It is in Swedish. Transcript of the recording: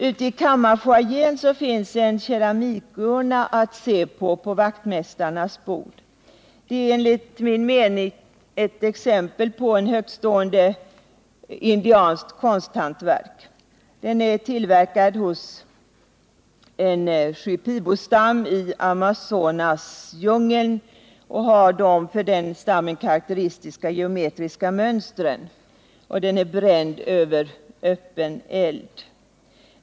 Ute i kammarfoajén, på expeditionsassistenternas bord, finns en keramikurna att se på — ett exempel på högtstående indianskt konsthantverk. Den är tillverkad hos en Shipibostam i Amazonas djungel och har de för den stammen karakteristiska geometriska mönstren. Den är bränd över öppen eld.